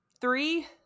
three